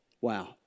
Wow